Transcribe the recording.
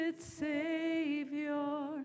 Savior